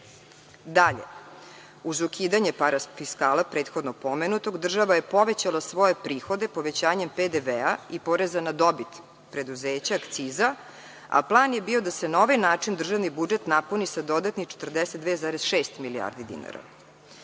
zarade. Dalje, uz ukidanje parafiskala prethodno pomenutog, država je povećala svoje prihode povećanjem PDV i poreza na dobit preduzeća, akciza, a plan je bio da se na ovaj način državni budžet napuni sa dodatnih 42,6 milijardi dinara.